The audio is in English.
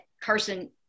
Carson